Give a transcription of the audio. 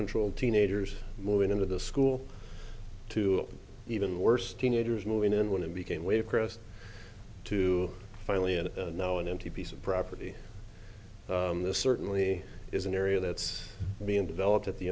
control teenagers moving into the school to even worse teenagers moving in when it became wavecrest to finally and now an empty piece of property this certainly is an area that's being developed at the